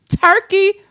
Turkey